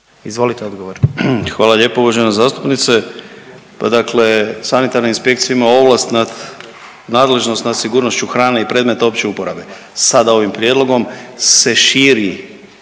Andrija (HDZ)** Hvala lijepa uvažena zastupnice. Pa dakle, Sanitarna inspekcija ima ovlast nad nadležnost nad sigurnošću hrane i predmeta opće uporabe. Sada ovim prijedlogom se širi